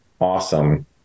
Awesome